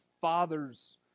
father's